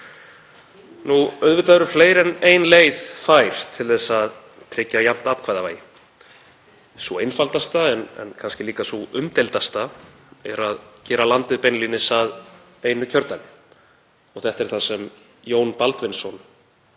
á. Auðvitað eru fleiri en ein leið fær til að tryggja jafnt atkvæðavægi. Sú einfaldasta, en kannski líka sú umdeildasta, er að gera landið beinlínis að einu kjördæmi. Þetta er það sem Jón Baldvinsson,